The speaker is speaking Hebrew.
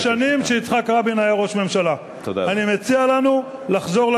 אני מבקש ממך.